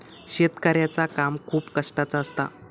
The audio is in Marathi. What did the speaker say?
शेतकऱ्याचा काम खूप कष्टाचा असता